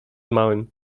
małym